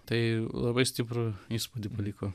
tai labai stiprų įspūdį paliko